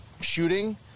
shooting